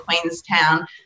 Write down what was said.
Queenstown